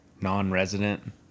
non-resident